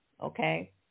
okay